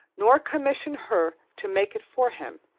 nor commission her to make it for him,